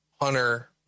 Hunter